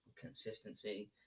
consistency